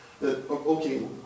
Okay